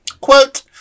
quote